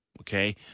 okay